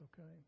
okay